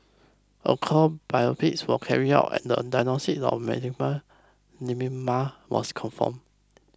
a core biopsy was carried out and the diagnosis of malignant lymphoma was confirmed